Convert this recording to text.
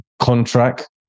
contract